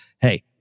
hey